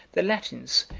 the latins,